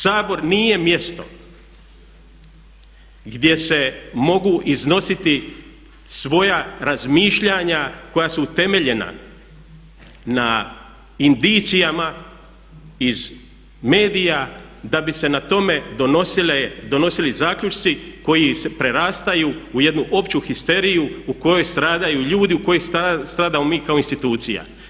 Sabor nije mjesto gdje se mogu iznositi svoja razmišljanja koja su utemeljena na indicijama iz medija da bi se na tome donosili zaključci koji prerastaju u jednu opću histeriju u kojoj stradaju ljudi, u kojoj stradamo mi kao institucija.